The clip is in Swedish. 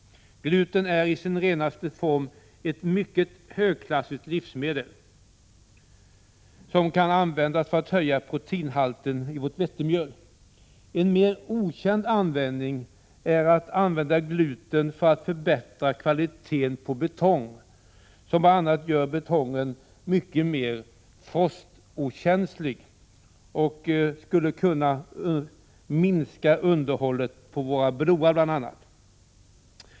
Gluten är i sin renaste form ett mycket högklassigt livsmedel, som kan användas för att höja proteinhalten i vårt vetemjöl. En mer okänd användning är användningen av gluten för att förbättra kvaliteten på betong. Betongen blir bl.a. mycket mer frostokänslig. Bl. a. skulle underhållet på våra broar kunna minskas.